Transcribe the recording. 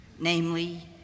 namely